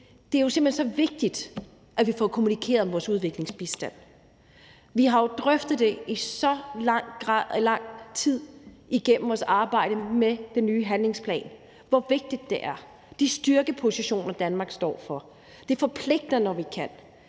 det er jo simpelt hen så vigtigt, at vi får kommunikeret om vores udviklingsbistand. Vi har jo drøftet i så lang tid igennem vores arbejde med den nye handlingsplan, hvor vigtigt det er med de styrkepositioner, Danmark har. Det forpligter, når vi kan.